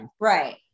Right